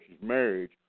marriage